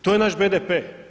To je naš BDP.